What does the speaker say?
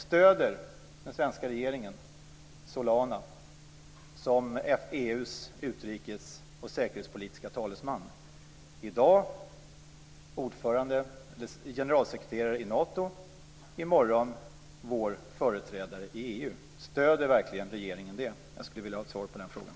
Stöder den svenska regeringen Solana som EU:s utrikes och säkerhetspolitiske talesman - i dag generalsekreterare i Nato, i morgon vår företrädare i EU? Stöder alltså verkligen regeringen det? Jag skulle vilja ha ett svar på den frågan.